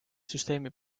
süsteemi